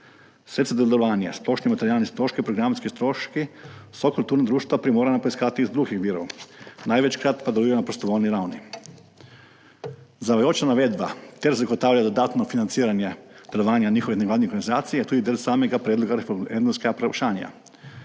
Sredstva za delovanje, splošne materialne stroške in programske stroške so kulturna društva primorana poiskati iz drugih virov, največkrat pa delujejo na prostovoljni ravni. Zavajajoča navedba ter zagotavljanje dodatnega financiranja delovanja njihovih nevladnih organizacij je tudi del samega predloga referendumskega vprašanja.